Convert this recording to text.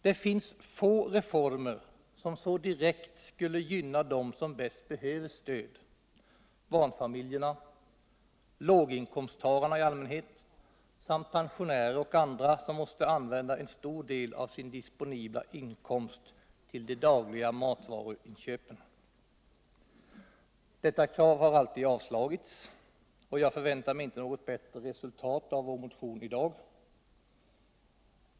Det finns få reformer som så direkt skulle gynna dem som bäst behöver stöd — barnfamiljerna, låginkomsttagarna i allmänhet samt pensionärer och andra, som måste använda en stor del av sin disponibla inkomst till de dagliga matvaruinköpen. Detta krav har alltid avslagits, och jag förväntar mig inte något bättre resultat av vår motion i dag.